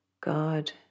God